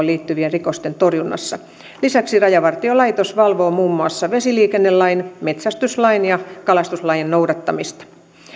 liittyvien rikosten torjunnassa lisäksi rajavartiolaitos valvoo muun muassa vesiliikennelain metsästyslain ja kalastuslain noudattamista